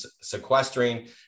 sequestering